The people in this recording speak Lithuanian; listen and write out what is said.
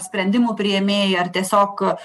sprendimų priėmėjai ar tiesiog